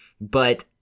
But-